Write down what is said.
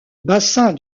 bassin